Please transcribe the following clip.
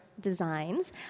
designs